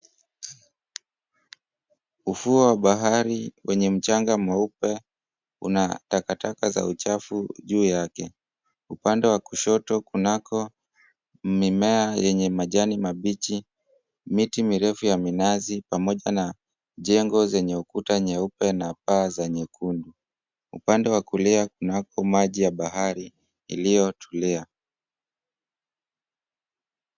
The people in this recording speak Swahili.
Ufuo wa bahari wenye mchanga mweupe una takataka za uchafu juu yake. Upande wa kushoto kunako mimea yenye majani mabichi, miti mirefu ya minazi pamoja na jengo zenye ukuta nyeupe na paa za nyekundu. Upande wa kulia kunapo maji ya bahari iliyo tulia.